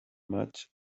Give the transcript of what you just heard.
much